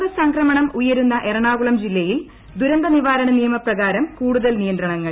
രോഗ സംക്രമണം ഉയ്ക്കുന്ന എറണാകുളം ജില്ലയിൽ ന് ദുരന്തനിവാരണ സ്റ്റിയ്മപ്രകാരം കൂടുതൽ നിയന്ത്രണങ്ങൾ